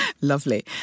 Lovely